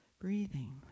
Breathing